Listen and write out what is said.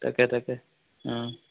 তাকে তাকে অঁ